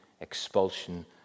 expulsion